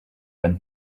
when